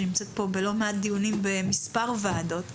והיא נמצאת פה בלא מעט דיונים במספר ועדות.